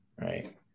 Right